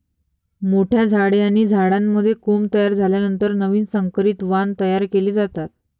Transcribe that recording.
मोठ्या झाडे आणि झाडांमध्ये कोंब तयार झाल्यानंतर नवीन संकरित वाण तयार केले जातात